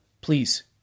please